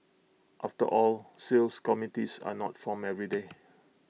after all seals committees are not formed every day